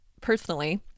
personally